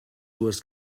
dues